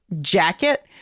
jacket